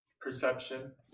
perception